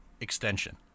extension